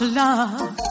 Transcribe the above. love